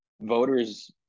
voters